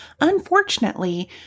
Unfortunately